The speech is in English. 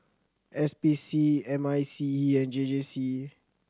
S P C M I C E and J J C